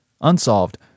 unsolved